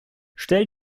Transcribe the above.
stell